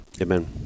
Amen